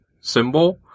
symbol